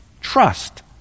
Trust